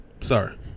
Sorry